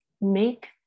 make